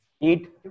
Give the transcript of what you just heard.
Eat